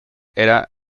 era